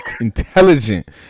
intelligent